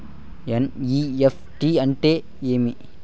NEFT అంటే ఏమి